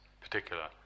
particular